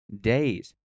days